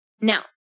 Now